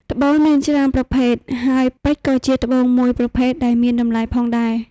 ត្បូងមានច្រើនប្រភេទហើយពេជ្រក៏ជាត្បូងមួយប្រភេទដែលមានតម្លៃផងដែរ។